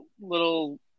little